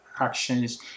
actions